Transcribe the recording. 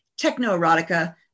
Technoerotica